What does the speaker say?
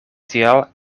tial